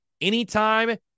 anytime